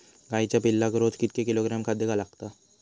गाईच्या पिल्लाक रोज कितके किलोग्रॅम खाद्य लागता?